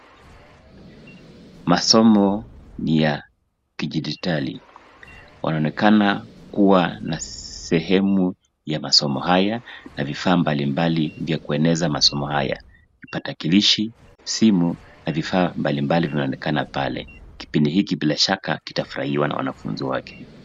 Masomo ni ya kidijitali. Wanaonekana kuwa na sehemu ya masomo haya na vifaa mbalimbali vya kueneza masomo haya vipakatalishi, simu na vifaa mbalimbali vinaonekana pale. Kipindi hiki bila shaka kitafurahiwa na wanafunzi wake.